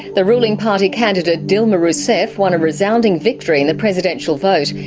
the ruling party candidate dilma rousseff won a resounding victory in the presidential vote.